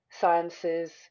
sciences